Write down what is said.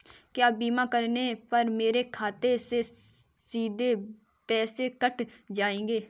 क्या बीमा करने पर मेरे खाते से सीधे पैसे कट जाएंगे?